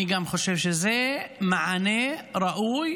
אני גם חושב שזה מענה ראוי